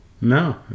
No